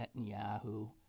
Netanyahu